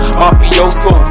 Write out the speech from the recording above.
mafioso